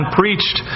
preached